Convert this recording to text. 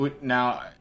Now